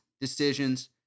decisions